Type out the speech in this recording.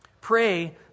Pray